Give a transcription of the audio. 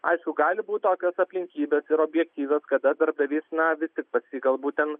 aišku gali būt tokios aplinkybės ir objektyvios kada darbdavys na vis tik pas jį galbūt ten